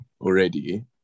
already